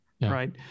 right